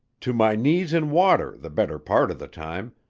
to my knees in water the better part of the time,